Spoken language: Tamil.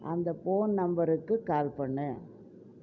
அந்த ஃபோன் நம்பருக்கு கால் பண்ணு